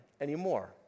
anymore